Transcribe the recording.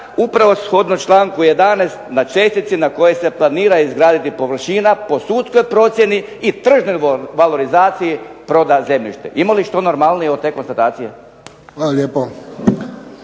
upravo shodno članku 11. na čestici na kojoj se planira izgraditi površina po sudskoj procjeni i tržno valorizaciji proda zemljište. Ima li što normalnije od te konstatacije? **Friščić,